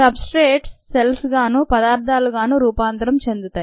substrates సెల్స్గానూ పదార్థాలుగానూ రూపాంతరం చెందుతాయి